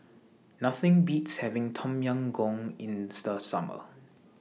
Nothing Beats having Tom Yam Goong in The Summer